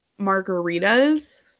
margaritas